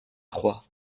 trois